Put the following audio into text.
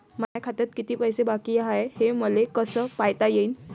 माया खात्यात किती पैसे बाकी हाय, हे मले कस पायता येईन?